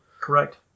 correct